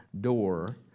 door